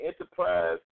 Enterprise